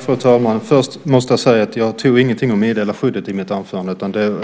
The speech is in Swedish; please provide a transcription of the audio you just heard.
Fru talman! Först måste jag nämna att jag inte tog upp något om meddelarskyddet i mitt anförande, utan det